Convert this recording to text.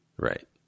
Right